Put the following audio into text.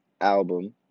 album